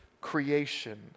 creation